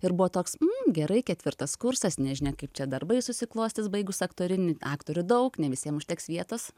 ir buvo toks gerai ketvirtas kursas nežinia kaip čia darbai susiklostys baigus aktorinį aktorių daug ne visiem užteks vietos